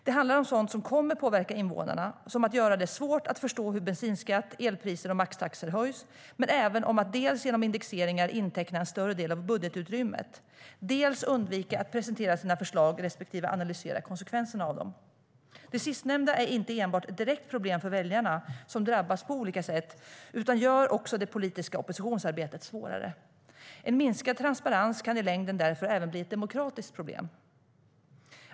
Det handlar om sådant som kommer att påverka invånarna, som att göra det svårt att förstå hur bensinskatt, elpriser och maxtaxor höjs, men även om att dels genom indexeringar inteckna en större del av budgetutrymmet, dels undvika att presentera sina förslag respektive analysera konsekvenserna av dem. Det sistnämnda är inte enbart ett direkt problem för väljarna, som drabbas på olika sätt, utan det gör också det politiska oppositionsarbetet svårare. En minskad transparens kan i längden därför även bli ett demokratiskt problem.